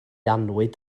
annwyd